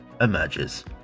emerges